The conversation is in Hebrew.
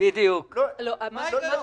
מה ההיגיון?